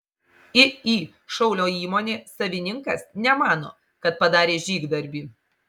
iį šaulio įmonė savininkas nemano kad padarė žygdarbį